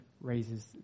raises